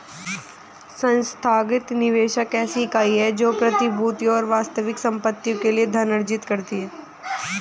संस्थागत निवेशक ऐसी इकाई है जो प्रतिभूतियों और वास्तविक संपत्तियों के लिए धन अर्जित करती है